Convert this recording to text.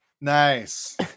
Nice